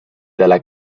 della